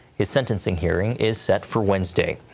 his sentencing hearing is set for wednesday.